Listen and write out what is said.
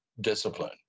discipline